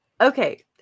Okay